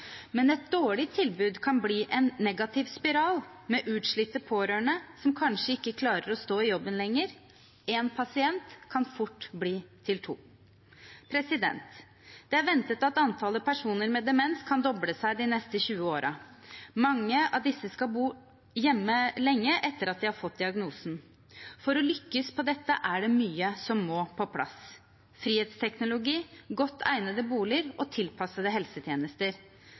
men et dårlig tilbud kan bli en negativ spiral med utslitte pårørende som kanskje ikke klarer å stå i jobben lenger. Én pasient kan fort bli til to. Det er ventet at antallet personer med demens kan doble seg de neste 20 årene. Mange av disse skal bo hjemme lenge etter at de har fått diagnosen. For å lykkes med dette må mye på plass: frihetsteknologi, godt egnede boliger og tilpassede helsetjenester.